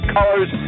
Colors